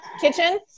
kitchen